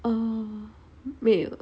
oh 没有